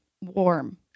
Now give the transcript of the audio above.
warm